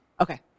Okay